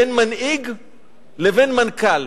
בין מנהיג לבין מנכ"ל.